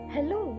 Hello